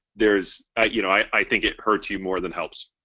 there's you know i think it hurts you more than helps.